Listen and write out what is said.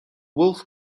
wolff